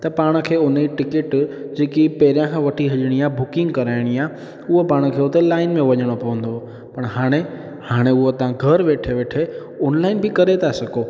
त पाण खे उनजी टिकिट जेकी पहिरियां खां वठी हलिणी आहे बुकिंग कराइणी आहे उहा पाण खे उते लाइन में वञिणो पवंदो हो पर हाणे हाणे उहा तव्हां घर वेठे वेठे ऑनलाइन बि था करे सघो